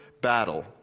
battle